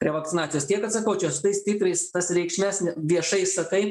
revakcinacijas tiek kad sakau čia su tais titrais tas reikšmes viešai sakai